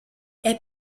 est